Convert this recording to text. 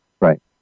Right